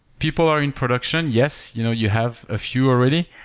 people are in production, yes. you know you have a few already,